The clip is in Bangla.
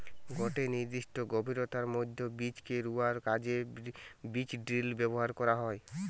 গটে নির্দিষ্ট গভীরতার মধ্যে বীজকে রুয়ার কাজে বীজড্রিল ব্যবহার করা হয়